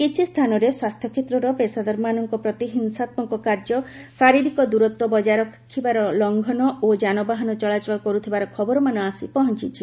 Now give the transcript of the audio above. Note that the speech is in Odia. କିଛି ସ୍ଥାନରେ ସ୍ୱାସ୍ଥ୍ୟକ୍ଷେତ୍ରର ପେଶାଦାରମାନଙ୍କ ପ୍ରତି ହିଂସାତ୍ମକ କାର୍ଯ୍ୟ ଶାରୀରିକ ଦୂରତ୍ୱ ବକାୟ ରଖିବାର ଲଂଘନ ଓ ଯାନବାହାନ ଚଳାଚଳ କରୁଥିବାର ଖବରମାନ ଆସି ପହଞ୍ଚିଛି